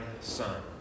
son